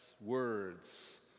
Words